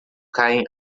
caem